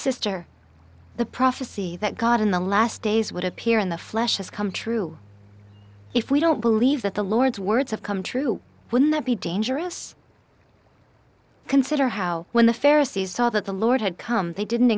sister the prophecy that god in the last days would appear in the flesh has come true if we don't believe that the lord's words have come true when that be dangerous consider how when the farriss saw that the lord had come they didn't